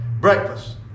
breakfast